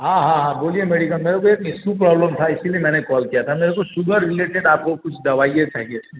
हाँ हाँ हाँ बोलिए मेडिकन मेरे को एक प्रोब्लम है इसी लिए मैंने कॉल किया था मेरे को शुगर रिलेटेड आपको कुछ दवाइयाँ चाहिए थी